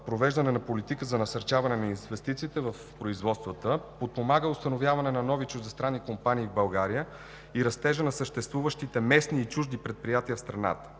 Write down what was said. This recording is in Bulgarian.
провеждане на политики за насърчаване на инвестициите в производствата, подпомага установяването на нови чуждестранни компании в България и растежа на съществуващите местни и чужди предприятия в страната.